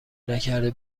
نکرده